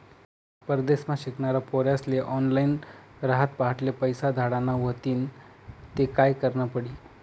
परदेसमा शिकनारा पोर्यास्ले ऑनलाईन रातपहाटले पैसा धाडना व्हतीन ते काय करनं पडी